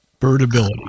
birdability